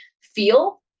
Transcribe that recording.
feel